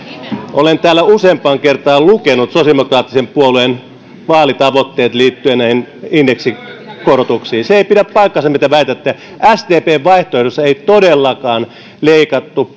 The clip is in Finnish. olen täällä useampaan kertaan lukenut sosiaalidemokraattisen puolueen vaalitavoitteet liittyen näihin indeksikorotuksiin se ei pidä paikkaansa mitä väitätte sdpn vaihtoehdossa ei todellakaan leikattu